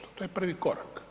To je prvi korak.